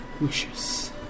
wishes